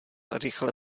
rychle